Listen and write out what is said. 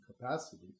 capacity